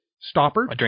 stopper